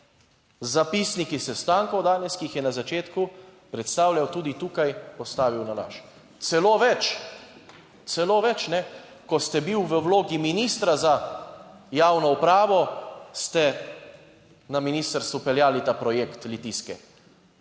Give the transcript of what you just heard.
zapisniki sestankov danes, ki jih je na začetku predstavljal tudi tukaj, postavil na laž. Celo več, celo več, ko ste bil v vlogi ministra za javno upravo ste na ministrstvu peljali ta projekt Litijske,